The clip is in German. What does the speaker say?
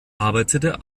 arbeitete